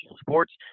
sports